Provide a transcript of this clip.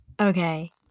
okay